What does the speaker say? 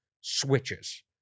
switches